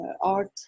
art